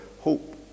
Hope